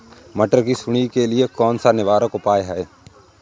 मटर की सुंडी के लिए कौन सा निवारक उपाय है?